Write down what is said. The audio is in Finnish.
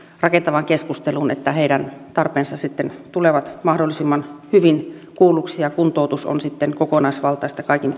rakentavaan keskusteluun että heidän tarpeensa sitten tulevat mahdollisimman hyvin kuulluksi ja kuntoutus on sitten kokonaisvaltaista kaikin